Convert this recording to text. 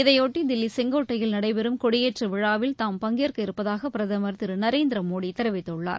இதையொட்டி தில்லி செங்கோட்டையில் நடைபெறும் கொடியேற்று விழாவில் தாம் பங்கேற்கவிருப்பதாக பிரதமர் திரு நரேந்திரமோடி தெரிவித்துள்ளார்